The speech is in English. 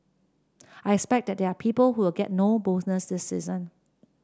I expect that there are people who will get no bonus this season